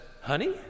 honey